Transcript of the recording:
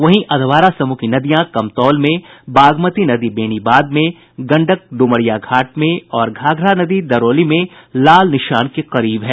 वहीं अधवारा समूह की नदियां कमतौल में बागमती नदी बेनीबाद में गंडक ड्मरिया घाट में और घाघरा नदी दरौली में लाल निशान के करीब है